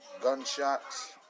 gunshots